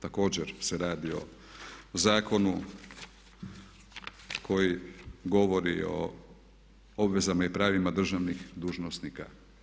Također se radi o zakonu koji govori o obvezama i pravima državnih dužnosnika.